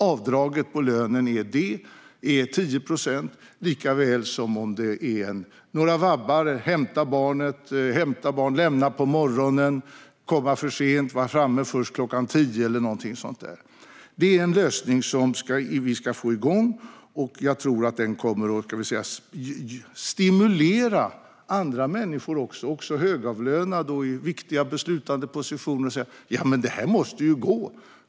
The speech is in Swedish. Avdraget på lönen för detta är 10 procent, likaväl som om man vabbar, hämtar barn eller lämnar på morgonen och kommer för sent och är framme först klockan tio eller något sådant. Detta är en lösning som vi ska få igång, och jag tror att den kommer att stimulera andra människor - även högavlönade och människor i viktiga beslutande positioner - att säga: "Detta måste ju gå.